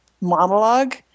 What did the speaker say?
monologue